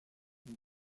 sont